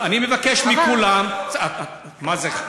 מה זה?